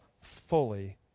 fully